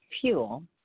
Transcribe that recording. fuel